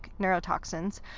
neurotoxins